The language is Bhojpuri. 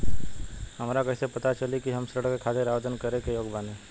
हमरा कइसे पता चली कि हम ऋण के खातिर आवेदन करे के योग्य बानी?